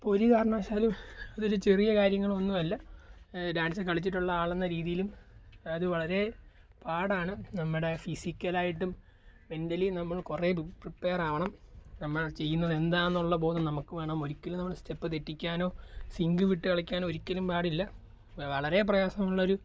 ഇപ്പം ഒരു കാരണവശാലും ഇതൊരു ചെറിയ കാര്യങ്ങളൊന്നും അല്ല ഡാൻസ് കളിച്ചിട്ടുള്ള ആളെന്ന രീതിയിലും അത് വളരെ പാടാണ് നമ്മുടെ ഫിസിക്കൽ ആയിട്ടും മെൻറലി നമ്മൾ കുറേ ബ് പ്രിപ്പേർ ആവണം നമ്മൾ ചെയ്യുന്നത് എന്താണെന്നുള്ള ബോധം നമുക്ക് വേണം ഒരിക്കലും നമ്മൾ സ്റ്റെപ്പ് തെറ്റിക്കാനോ സിങ്ക് വിട്ട് കളിക്കാനോ ഒരിക്കലും പാടില്ല വളരെ പ്രയാസമുള്ളൊരു